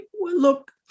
Look